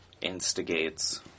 instigates